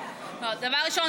דבר ראשון,